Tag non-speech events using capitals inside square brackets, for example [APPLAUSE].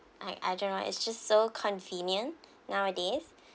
I I don't know it's just so convenient [BREATH] nowadays [BREATH]